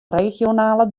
regionale